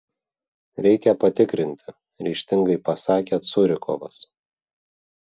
reikia patikrinti ryžtingai pasakė curikovas